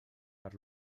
per